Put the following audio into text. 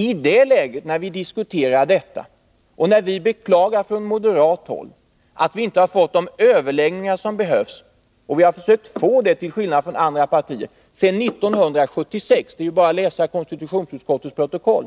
I det läget, då vi diskuterar dessa frågor och då vi från moderat håll beklagar att vi inte har fått de överläggningar som behövs och som vi till skillnad från andra partier har försökt få till stånd sedan 1976 — det är bara att läsa konstitutionsutskottets protokoll